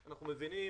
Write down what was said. אנחנו מבינים,